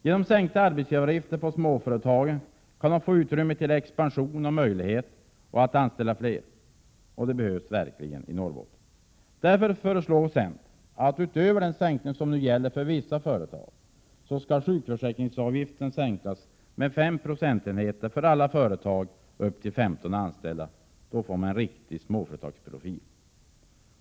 Genom sänkta arbetsgivaravgifter på småföretagen kan dessa få utrymme till expansion och möjlighet att anställa fler. Och det behövs verkligen i Norrbotten. Därför föreslår centern att sjukförsäkringsavgiften skall, utöver den sänkning som nu gäller för vissa företag, sänkas med 5 procentenheter för alla företag med upp till 15 anställda. Då får man en riktig småföretagsprofil.